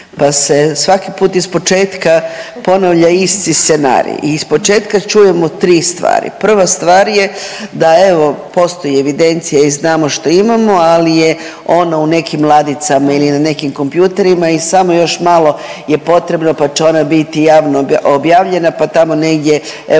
pa se svaki put ispočetka ponavlja isti scenarij i ispočetka čujemo tri stvari, prva stvar je da evo postoji evidencija i znamo što imamo, ali je ona u nekim ladicama ili na nekim kompjutorima i samo još malo je potrebno pa će ona biti javno objavljena pa tamo negdje, evo